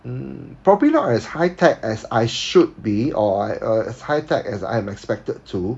mm probably not as high tech as I should be or as high tech as I am expected to